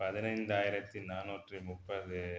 பதினைந்தாயிரத்து நானூற்றி முப்பது